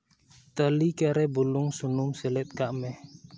ᱛᱟᱹᱞᱤᱠᱟ ᱨᱮ ᱵᱩᱞᱩᱝ ᱥᱩᱱᱩᱢ ᱥᱮᱞᱮᱫ ᱠᱟᱜᱼᱢᱮ